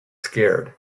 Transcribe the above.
scared